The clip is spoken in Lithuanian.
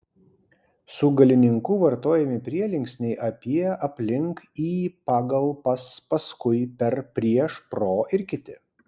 su galininku vartojami prielinksniai apie aplink į pagal pas paskui per prieš pro ir kiti